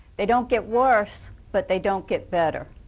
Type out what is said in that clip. they don't get worse but they don't get better.